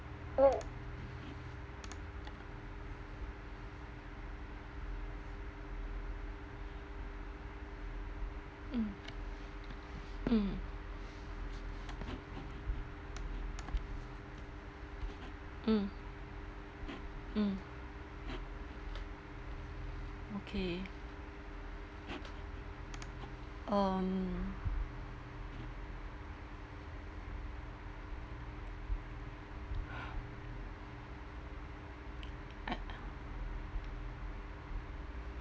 mm mm mm mm okay um